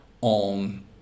on